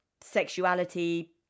sexuality